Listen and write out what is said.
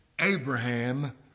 Abraham